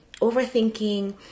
overthinking